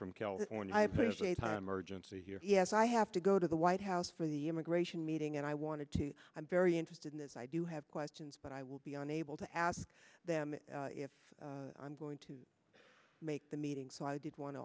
from california i think it's a time urgency here yes i have to go to the white house for the immigration meeting and i wanted to i'm very interested in this i do have questions but i will be unable to ask them if i'm going to make the meeting so i did want to